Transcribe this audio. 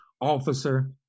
officer